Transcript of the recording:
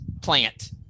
plant